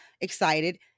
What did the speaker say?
excited